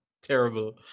Terrible